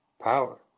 power